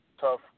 tough